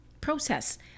process